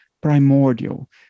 primordial